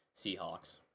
Seahawks